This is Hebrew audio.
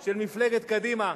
של מפלגת קדימה,